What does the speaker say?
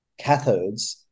cathodes